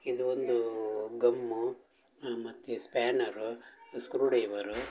ಇದೊಂದೂ gum ಮತ್ತು spanner screw driver